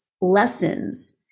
lessons